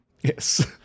Yes